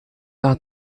hat